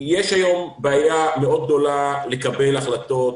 יש היום בעיה גדולה מאוד לקבל החלטות,